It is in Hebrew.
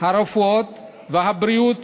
הרפואה והבריאות